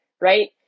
right